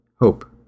hope